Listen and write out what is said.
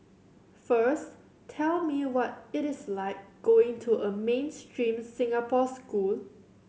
first tell me what it is like going to a mainstream Singapore school